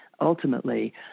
ultimately